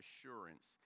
assurance